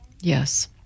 yes